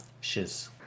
shiz